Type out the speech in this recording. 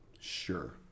Sure